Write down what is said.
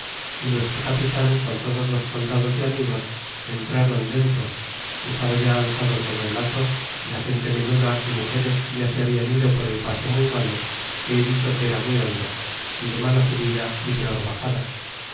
y nuestro capin con todos los soldados y amigos entráron dentro y estaba ya alzado todo el hato y la gente menuda y mugeres ya se habían ido por el paso muy malo que he dicho que era muy hondo y de mala subida y peor baxada